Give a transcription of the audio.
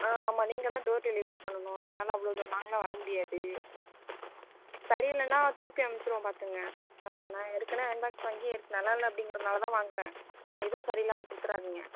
ஆ ஆமாம் நீங்க தான் டோர் டெலிவரியே பண்ணனும் என்னால் அவ்வளோ தூரம் லாங்கில் வர முடியாது சரி இல்லைனா திருப்பி அனுப்பிச்சிருவோம் பார்த்துக்குங்க நான் ஏற்கனவே அயர்ன் பாக்ஸ் வாங்கி நல்லால்ல அப்படிங்கிறதுனாலதான் வாங்குறேன் நீங்கள் இதுவும் சரி இல்லமல் கொடுத்துறாதீங்க